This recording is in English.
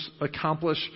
accomplish